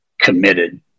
committed